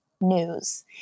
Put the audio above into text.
news